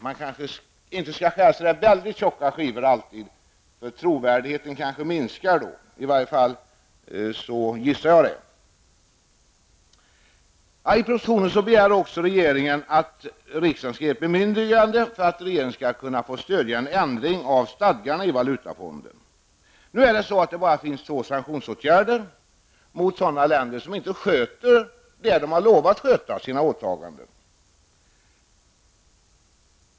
Man kanske inte skall skära så väldigt tjocka skivor, eftersom trovärdigheten kanske minskar då. Jag gissar det i varje fall. I propositionen begär regeringen också riksdagens bemyndigande för att få stödja en ändring av Valutafondens stadgar. Det finns nu bara två sanktionsåtgärder mot länder som inte sköter sina åtaganden.